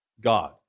God